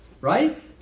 right